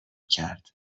کرد